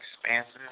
expansive